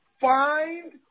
Find